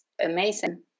amazing